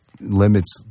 limits